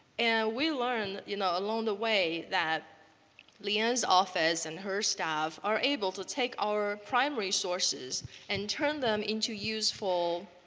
and we learned you know, along the way that lee ann's office and her staff are able to take our primary sources and turn them into useful